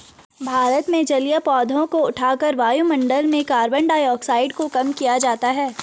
भारत में जलीय पौधों को उठाकर वायुमंडल में कार्बन डाइऑक्साइड को कम किया जाता है